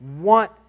want